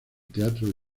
teatro